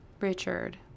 Richard